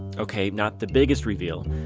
ok, not the biggest reveal.